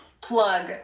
plug